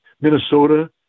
Minnesota